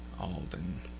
Alden